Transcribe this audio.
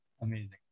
Amazing